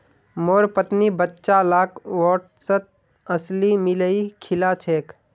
मोर पत्नी बच्चा लाक ओट्सत अलसी मिलइ खिला छेक